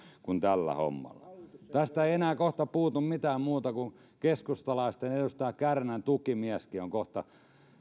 kuin tällä hommalla tästä ei kohta enää puutu mitään muuta kuin se että keskustalaisen edustajan kärnän tukimieskin on kohta